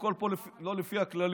הכול פה לא לפי הכללים,